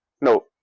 No